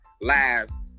lives